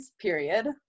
period